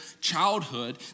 childhood